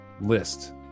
list